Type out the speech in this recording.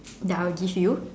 that I will give you